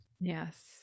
yes